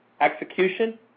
execution